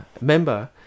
member